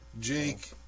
Jake